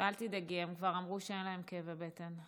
אל תדאגי, הם כבר אמרו שאין להם כאבי בטן.